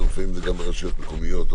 לפעמים זה גם ברשויות מקומיות.